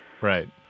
Right